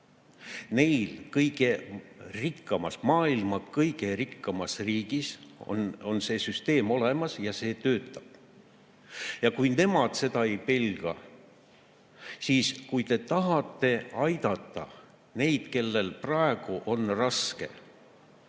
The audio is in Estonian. talongidega. Maailma kõige rikkamas riigis on see süsteem olemas ja see töötab. Ja kui nemad seda ei pelga, siis kui te tahate aidata neid, kellel praegu on raske,